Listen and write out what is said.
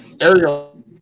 Ariel